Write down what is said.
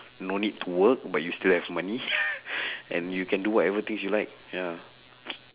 no need to work but you still have money and you can do whatever things you like ya